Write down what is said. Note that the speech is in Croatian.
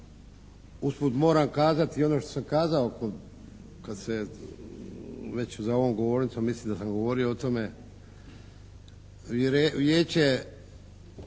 Usput moram kazati i ono što sam kazao kad se već za ovom govornicom mislim da sam govorio o tome Vijeće